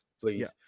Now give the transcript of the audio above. please